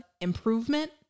improvement